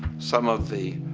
some of the